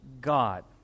God